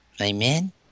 Amen